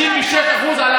השר, היו משברים ב-2009.